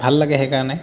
ভাল লাগে সেইকাৰণে